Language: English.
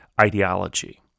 ideology